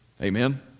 Amen